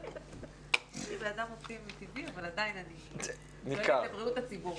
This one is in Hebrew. אני אדם אופטימי מטבעי אבל אני אחראית על בריאות הציבור.